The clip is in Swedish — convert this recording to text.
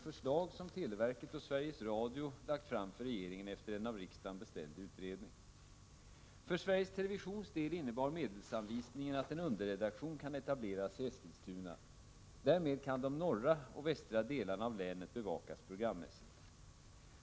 För Sveriges Televisions del innebar medelsanvisningen att en underredaktion kan etableras i Eskilstuna. Därmed kan de norra och västra delarna av länet bevakas programmässigt.